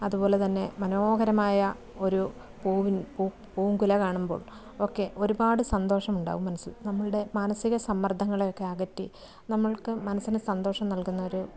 അതുപോലെ തന്നെ മനോഹരമായ ഒരു പൂവിൻ പൂ പൂങ്കുല കാണുമ്പോൾ ഒക്കെ ഒരുപാട് സന്തോഷമുണ്ടാവും മനസ്സിൽ നമ്മളുടെ മാനസിക സമ്മർദ്ദങ്ങളെയൊക്കെ അകറ്റി നമ്മൾക്ക് മനസിന് സന്തോഷം നൽകുന്ന ഒരു